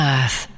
Earth